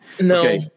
No